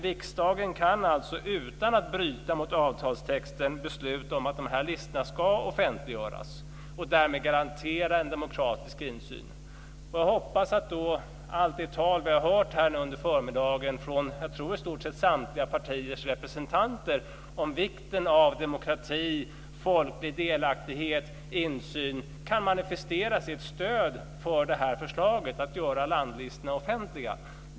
Riksdagen kan alltså utan att bryta mot avtalstexten besluta om att listorna ska offentliggöras och därmed garantera en demokratisk insyn. Jag hoppas då att allt det tal som vi har hört här under förmiddagen från, tror jag, i stort sett samtliga partiers representanter om vikten av demokrati, folklig delaktighet och insyn kan manifesteras i ett stöd för förslaget att göra landlistorna offentliga.